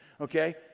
okay